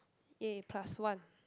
yay plus one